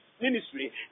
ministry